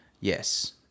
Yes